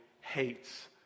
hates